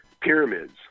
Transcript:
pyramids